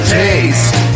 taste